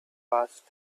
watched